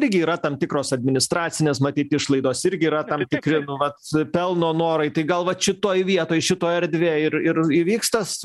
irgi yra tam tikros administracinės matyt išlaidos irgi yra tam tikri nu vat pelno norai tai gal vat šitoj vietoj šitoj erdvėj ir ir įvyks tas